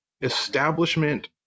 establishment